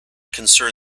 concern